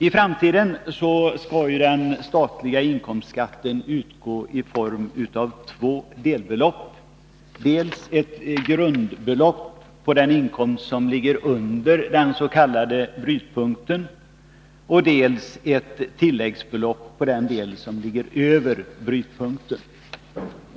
I framtiden skall den statliga inkomstskatten utgå i form av två delbelopp, dels ett grundbelopp på den inkomst som ligger under dens.k. brytpunkten, dels ett tilläggsbelopp på den del som ligger över brytpunkten.